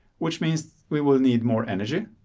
which means we will need more energy,